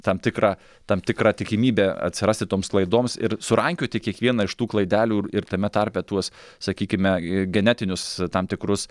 tam tikrą tam tikrą tikimybę atsirasti toms klaidoms ir surankioti kiekvieną iš tų klaidelių ir ir tame tarpe tuos sakykime genetinius tam tikrus